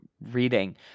reading